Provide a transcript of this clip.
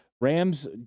Rams